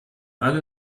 alle